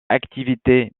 activité